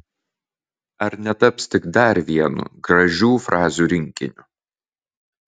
ar netaps tik dar vienu gražių frazių rinkiniu